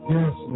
Yes